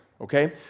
okay